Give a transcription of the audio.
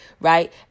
right